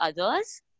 others